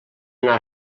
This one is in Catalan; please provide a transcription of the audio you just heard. anar